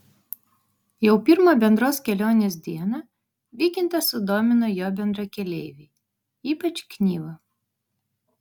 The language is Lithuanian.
jau pirmą bendros kelionės dieną vykintą sudomino jo bendrakeleiviai ypač knyva